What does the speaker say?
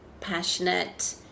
passionate